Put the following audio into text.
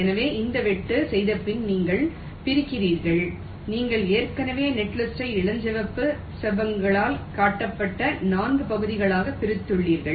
எனவே இந்த வெட்டு செய்தபின் நீங்கள் பிரிக்கிறீர்கள் நீங்கள் ஏற்கனவே நெட்லிஸ்ட்டை இளஞ்சிவப்பு செவ்வகங்களால் காட்டப்பட்ட 4 பகுதிகளாகப் பிரித்துள்ளீர்கள்